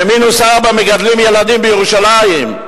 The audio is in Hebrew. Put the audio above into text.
במינוס 4 מגדלים ילדים בירושלים,